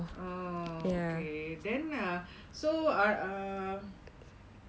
oh okay then ah so